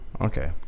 Okay